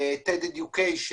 Ted education.